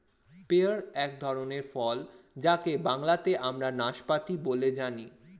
pair এক ধরনের ফল যাকে বাংলাতে আমরা নাসপাতি বলে জানি